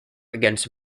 against